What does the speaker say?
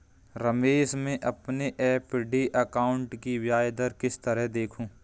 रमेश मैं अपने FD account की ब्याज दर किस तरह देखूं?